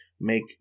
make